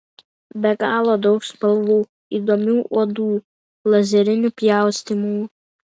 be galo daug spalvų įdomių odų lazerinių pjaustymų